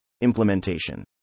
Implementation